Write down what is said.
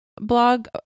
blog